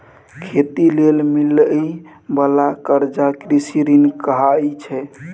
खेती लेल मिलइ बाला कर्जा कृषि ऋण कहाइ छै